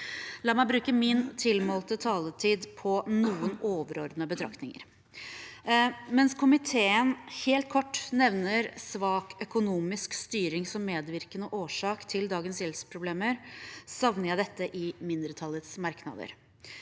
La meg bruke min tilmålte taletid på noen overordnete betraktninger. Mens komiteen helt kort nevner svak økonomisk styring som medvirkende årsak til dagens gjeldsproblemer, savner jeg dette i mindretallets merknader.